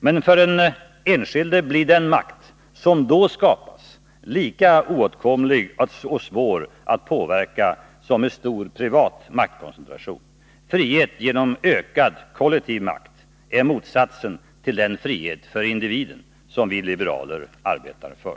Men för den enskilde blir den makt som då skapas lika oåtkomlig och svår att påverka som en stor privat maktkoncen tration. Frihet genom ökad kollektiv makt är motsatsen till den frihet för individen som vi liberaler arbetar för.